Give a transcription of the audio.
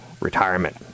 retirement